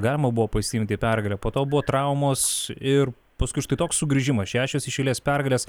galima buvo pasiimti pergalę po to buvo traumos ir paskui štai toks sugrįžimas šešios iš eilės pergalės